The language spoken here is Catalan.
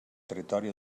territori